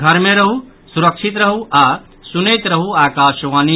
घर मे रहू सुरक्षित रहू आ सुनैत रहू आकाशवाणी